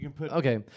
Okay